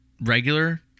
regular